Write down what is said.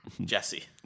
Jesse